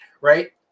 right